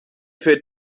für